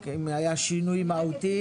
רק אם היה שינוי מהותי.